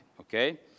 okay